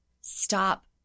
stop